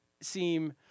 seem